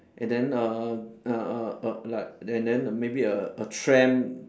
and then uh uh uh uh err like and then a maybe a a tram